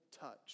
touch